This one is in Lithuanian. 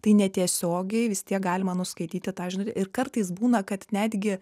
tai netiesiogiai vis tiek galima nuskaityti tą žinutę ir kartais būna kad netgi